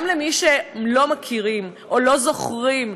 גם למי שלא מכירים או לא זוכרים.